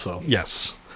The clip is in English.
Yes